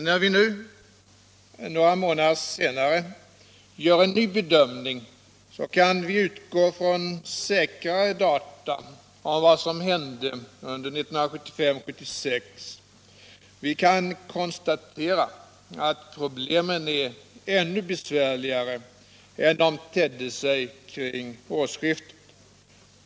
När vi nu några månader senare gör en ny bedömning, kan vi utgå från senare data om vad som hände 1975/76. Vi kan konstatera att problemen är ännu besvärligare än de tedde sig kring årsskiftet.